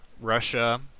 Russia